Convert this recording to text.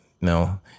no